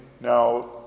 now